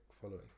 following